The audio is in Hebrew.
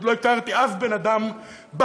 אני עוד לא איתרתי אף בן-אדם בחיים